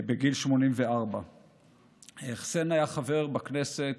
בגיל 84. חסיין היה חבר בכנסת,